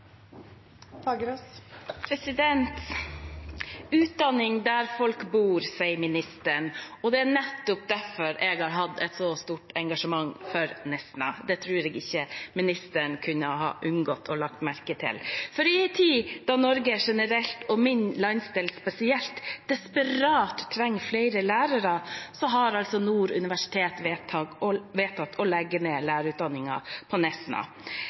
folk bor, sier ministeren. Det er nettopp derfor jeg har hatt et så stort engasjement for Nesna, det tror jeg ikke ministeren har kunnet unngå legge merke til. I en tid da Norge generelt – og min landsdel spesielt – desperat trenger flere lærere, har Nord universitet vedtatt å legge ned lærerutdanningen på Nesna.